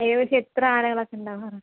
ഏകദേശം എത്ര ആനകളൊക്കെ ഉണ്ടാവാറുണ്ട്